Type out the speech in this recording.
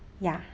ya